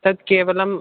तत् केवलम्